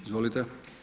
Izvolite.